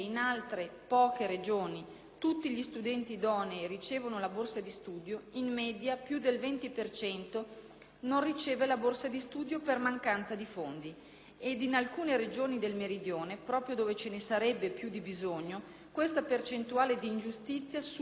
tutti gli studenti idonei ricevono la borsa di studio, in media, più del 20 per cento idonei non riceve la borsa di studio per mancanza di fondi; ed in alcune regioni del Meridione, proprio dove ce ne sarebbe più bisogno, questa percentuale di ingiustizia supera il 50